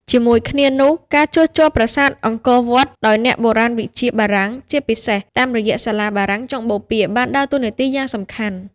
ជាមួយគ្នានោះ ការជួសជុលប្រាសាទអង្គរវត្តដោយអ្នកបុរាណវិទ្យាបារាំង ជាពិសេសតាមរយៈសាលាបារាំងចុងបូព៌ា បានដើរតួនាទីយ៉ាងសំខាន់។